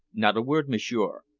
not a word, m'sieur,